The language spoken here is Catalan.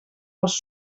els